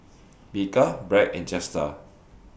Bika Bragg and Jetstar